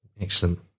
Excellent